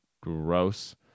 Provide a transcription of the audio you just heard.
gross